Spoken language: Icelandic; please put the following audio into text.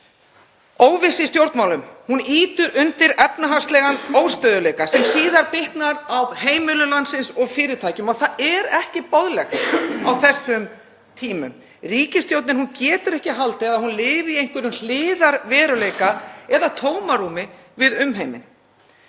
Óvissa í stjórnmálum ýtir undir efnahagslegan óstöðugleika sem bitnar síðan á heimilum landsins og fyrirtækjum og það er ekki boðlegt á þessum tímum. Ríkisstjórnin getur ekki haldið að hún lifi í einhverjum hliðarveruleika eða tómarúmi við umheiminn.